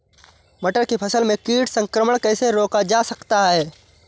मटर की फसल में कीट संक्रमण कैसे रोका जा सकता है?